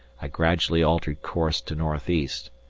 i gradually altered course to north-east,